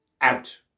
out